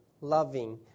loving